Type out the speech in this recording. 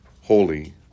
holy